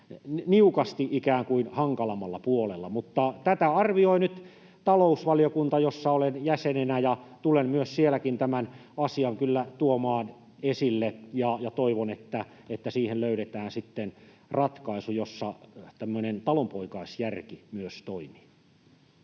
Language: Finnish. kiihtymistason hankalammalla puolella. Tätä arvioi nyt talousvaliokunta, jossa olen jäsenenä, ja tulen myös sielläkin tämän asian kyllä tuomaan esille ja toivon, että siihen löydetään sitten ratkaisu, jossa tämmöinen talonpoikaisjärki myös toimii.